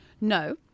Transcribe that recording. No